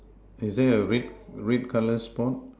is there a red red color spot